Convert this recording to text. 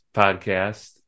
podcast